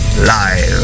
live